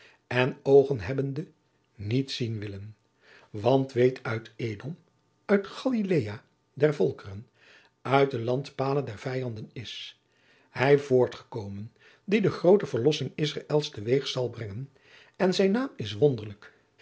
en oogen hebbende niet zien willen want weet uit edom uit galilea der volkeren uit de landpale der vijanden is hij voortgekomen die de groote verlossinge israëls te weeg zal brengen en zijn naam is wonderlijk